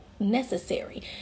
necessary